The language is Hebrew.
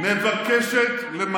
אתה בעד עבירות באינטרנט?